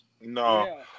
No